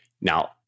Now